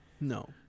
No